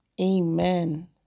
Amen